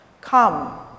Come